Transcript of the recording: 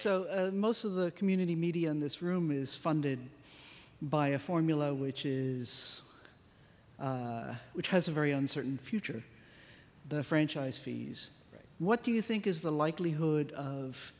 so most of the community media in this room is funded by a formula which is which has a very uncertain future the franchise fees what do you think is the likelihood of